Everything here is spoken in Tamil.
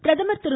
பிரதமர் திரு